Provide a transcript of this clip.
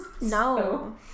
No